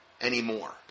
anymore